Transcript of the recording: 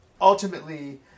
ultimately